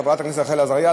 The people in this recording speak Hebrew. חברת הכנסת רחל עזריה,